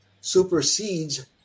supersedes